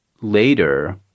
later